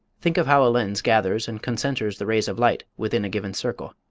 think of how a lens gathers and concenters the rays of light within a given circle.